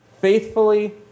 faithfully